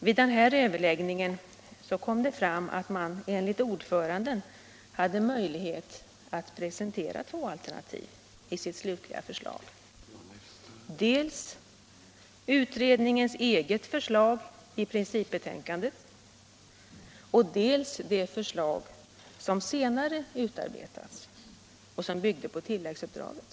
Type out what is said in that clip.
Vid den överläggningen kom det fram att man enligt ordföranden hade möjlighet att presentera två alternativ i sitt slutliga förslag, dels utredningens eget förslag i principbetänkandet, dels det förslag som senare utarbetats och som byggde på tilläggsuppdraget.